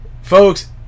Folks